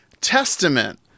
testament